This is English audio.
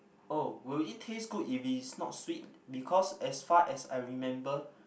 oh will it taste good if it is not sweet because as far as I remember